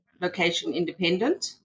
location-independent